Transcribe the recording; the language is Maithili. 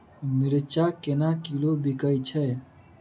मिर्चा केना किलो बिकइ छैय?